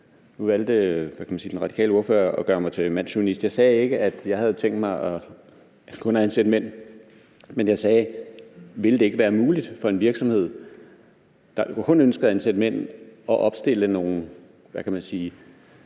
Nu valgte den radikale ordfører at gøre mig til mandschauvinist. Jeg sagde ikke, at jeg havde tænkt mig kun at ansætte mænd, men jeg spurgte: Ville det ikke være muligt for en virksomhed, der kun ønskede at ansætte mænd, at opstille nogle kvalifikationer